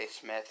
Smith